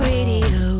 Radio